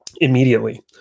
immediately